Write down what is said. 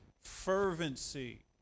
fervency